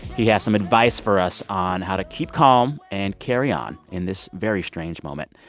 he has some advice for us on how to keep calm and carry on in this very strange moment.